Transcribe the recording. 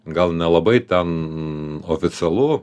gal nelabai ten oficialu